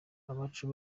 abacu